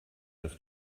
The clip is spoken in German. des